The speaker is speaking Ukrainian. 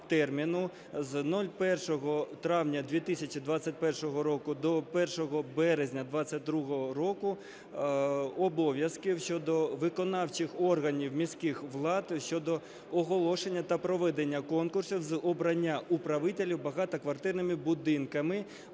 з 1 травня 2021 року до 1 березня 2022 року обов'язків щодо виконавчих органів міських влад щодо оголошення та проведення конкурсу з обрання управителів багатоквартирними будинками